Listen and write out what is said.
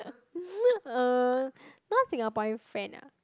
uh non Singaporean friend ah